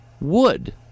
wood